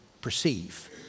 perceive